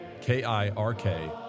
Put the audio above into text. k-i-r-k